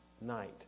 night